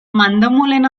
mandomulen